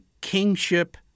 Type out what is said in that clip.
kingship